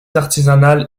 artisanale